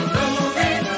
movie